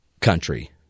country